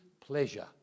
pleasure